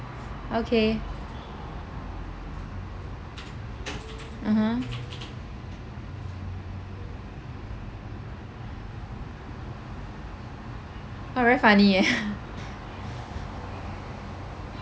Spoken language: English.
okay (uh huh) oh very funny eh